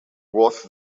worth